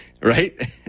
right